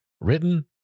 written